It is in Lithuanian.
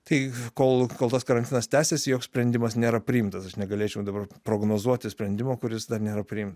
tai kol kol tas karantinas tęsiasi joks sprendimas nėra priimtas aš negalėčiau dabar prognozuoti sprendimo kuris dar nėra priimtas